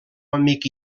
amic